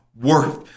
worth